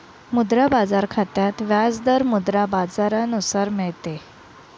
मुद्रा बाजार खात्यात व्याज दर मुद्रा बाजारानुसार मिळते